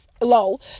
low